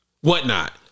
whatnot